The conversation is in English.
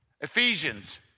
Ephesians